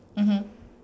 mmhmm